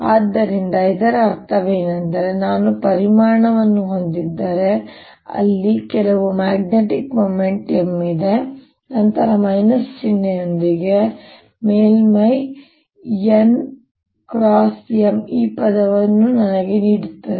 ಆದ್ದರಿಂದ ಇದರ ಅರ್ಥವೇನೆಂದರೆ ನಾನು ಪರಿಮಾಣವನ್ನು ಹೊಂದಿದ್ದರೆ ಅಲ್ಲಿ ಕೆಲವು ಮ್ಯಾಗ್ನೆಟಿಕ್ ಮೊಮೆಂಟ್ M ಇದೆ ನಂತರ ಮೈನಸ್ ಚಿಹ್ನೆಯೊಂದಿಗೆ ಮೇಲ್ಮೈ n ಅಡ್ಡ M ಈ ಪದವನ್ನು ನನಗೆ ನೀಡುತ್ತದೆ